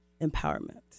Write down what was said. empowerment